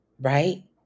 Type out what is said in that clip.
Right